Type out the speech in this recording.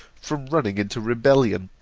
from running into rebellion,